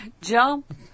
Jump